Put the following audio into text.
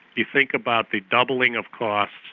you think about the doubling of costs,